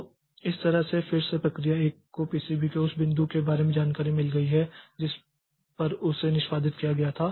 तो इस तरह से फिर से प्रक्रिया 1 के पीसीबी को उस बिंदु के बारे में जानकारी मिल गई है जिस पर उसे निष्पादित किया गया था